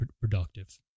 productive